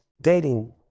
dating